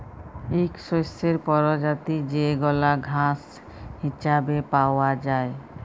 ইক শস্যের পরজাতি যেগলা ঘাঁস হিছাবে পাউয়া যায়